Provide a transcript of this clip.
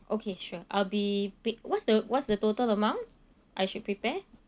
okay sure I'll be pay~ what's the what's the total amount I should prepare